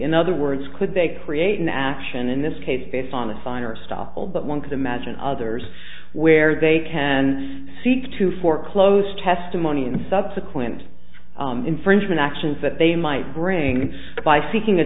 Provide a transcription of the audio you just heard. in other words could they create an action in this case based on a finer stoppel that one could imagine others where they can seek to foreclose testimony in subsequent infringement actions that they might bring by seeking a